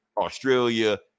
Australia